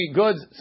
goods